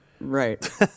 right